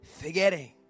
Forgetting